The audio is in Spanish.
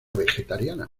vegetariana